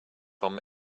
from